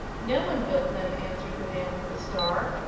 no one built them, answered the man with the star.